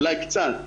אולי קצת.